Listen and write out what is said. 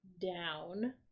down